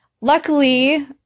Luckily